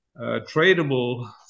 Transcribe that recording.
tradable